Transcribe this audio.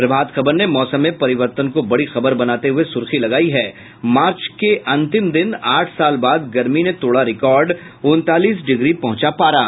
प्रभात खबर ने मौसम मे परिवर्तन को बड़ी खबर बनाते हुये सुर्खी लगायी है मार्च कि अंतिम दिन आठ साल बाद गर्मी ने तोड़ा रिकॉर्ड उनतालीस डिग्री पहुंचा पारा